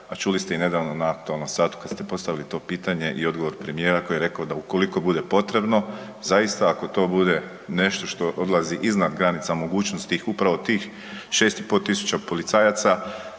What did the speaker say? A čuli ste i nedavno, na aktualnom satu, kad se postavili to pitanje i odgovor premijera koji je rekao da, ukoliko bude potrebno, zaista ako to bude nešto što odlazi iznad granica mogućnosti upravo tih 6,5 tisuća policajaca,